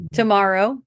tomorrow